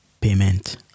payment